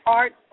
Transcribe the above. art